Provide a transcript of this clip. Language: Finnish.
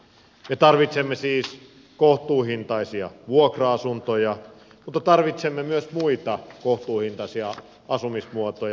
me tarvitsemme siis kohtuuhintaisia vuokra asuntoja mutta tarvitsemme myös muita kohtuuhintaisia asumismuotoja